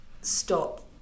stop